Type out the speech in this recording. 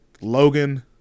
Logan